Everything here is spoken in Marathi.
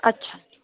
अच्छा